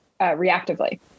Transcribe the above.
reactively